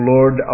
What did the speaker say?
Lord